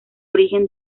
origen